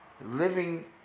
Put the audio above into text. living